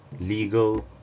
legal